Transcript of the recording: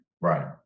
Right